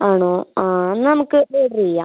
ആണോ എന്നാൽ നമുക്ക് ഇത് ഓർഡർ ചെയ്യാം